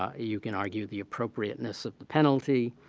ah you can argue the appropriateness ah the penalty,